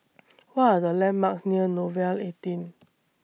What Are The landmarks near Nouvel eighteen